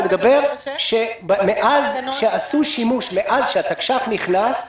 אני מדבר שמאז שהתקש"ח נכנס,